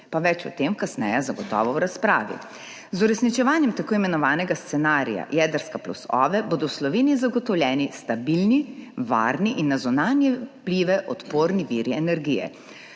Pa več o tem zagotovo kasneje v razpravi. Z uresničevanjem tako imenovanega scenarija jedrska plus OVE bodo v Sloveniji zagotovljeni stabilni, varni in na zunanje vplive odporni viri energije.